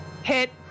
Hit